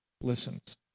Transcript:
listens